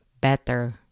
Better